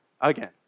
Again